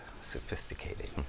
sophisticated